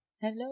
Hello